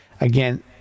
again